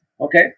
okay